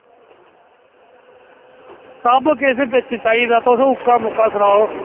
सबकिश बिच्च चाहिदा तुस उक्का मुक्का सनाओ